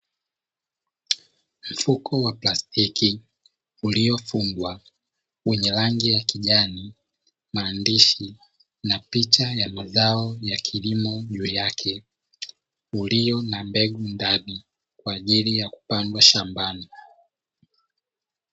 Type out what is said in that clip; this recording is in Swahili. Mfuko wa plastiki uliofungwa wenye rangi ya kijani, maandishi na picha ya mazao ya kilimo juu yake, uliyo na mbegu ndani kwa ajili ya kupandwa shambani.